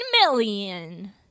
million